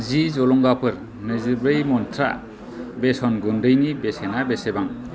जि जलंगाफोर नैजिब्रै मन्त्रा बेसन गुन्दैनि बेसेना बेसेबां